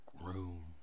room